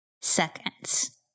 seconds